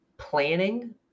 planning